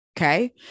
Okay